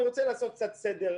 אני רוצה לעשות סדר,